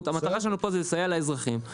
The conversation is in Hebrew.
המטרה שלנו פה היא לסייע לאזרחים.